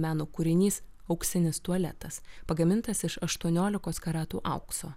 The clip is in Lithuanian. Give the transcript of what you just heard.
meno kūrinys auksinis tualetas pagamintas iš aštuoniolikos karatų aukso